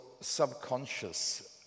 subconscious